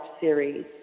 series